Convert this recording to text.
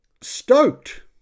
Stoked